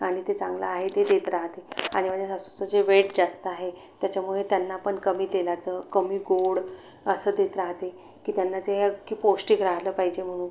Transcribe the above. आणि ते चांगलं आहे ते देत राहते आणि माझ्या सासूचं जे वेट जास्त आहे त्याच्यामुळे त्यांनापण कमी तेलाचं कमी गोड असं देत राहते की त्यांना जे की पौष्टिक राहिलं पाहिजे म्हणून